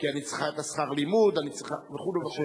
כי אני צריכה את שכר הלימוד וכו' וכו'.